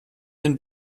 den